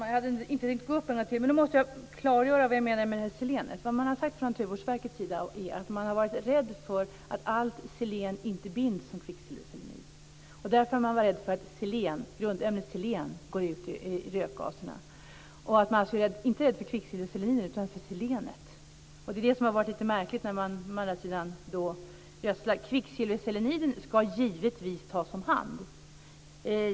Fru talman! Jag hade inte tänkt gå upp en gång till, men nu måste jag klargöra vad jag menar med selenet. Naturvårdsverket har sagt att man har varit rädd för att allt selen inte binds som kvicksilverselenid. Därför har man varit rädd för att grundämnet selen går ut i rökgaserna. Man är alltså inte rädd för kvicksilverseleniden utan för selenet. Det är detta som har varit lite märkligt när man å andra sidan gödslar med det i Finland. Kvicksilverseleniden ska givetvis tas om hand.